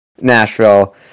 Nashville